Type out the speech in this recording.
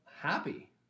happy